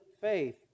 faith